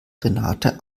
renate